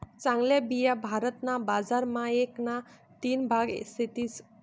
चांगल्या बिया भारत ना बजार मा एक ना तीन भाग सेतीस